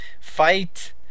fight